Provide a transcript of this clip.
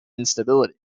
instability